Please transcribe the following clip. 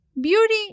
Beauty